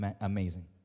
Amazing